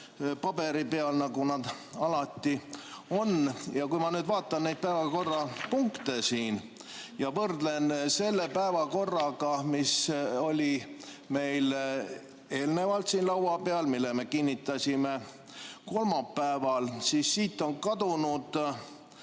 paberi peal, nagu nad alati on. Kui ma nüüd vaatan neid päevakorrapunkte siin ja võrdlen selle päevakorraga, mis oli meil eelnevalt laua peal, mille me kinnitasime kolmapäeval, siis siit on kadunud,